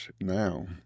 now—